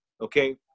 okay